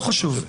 לא חשוב,